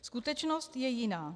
Skutečnost je jiná.